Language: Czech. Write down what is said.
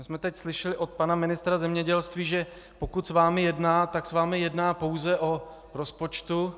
My jsme teď slyšeli od pana ministra zemědělství, že pokud s vámi jedná, tak s vámi jedná pouze o rozpočtu.